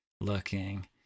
looking